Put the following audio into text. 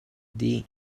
dih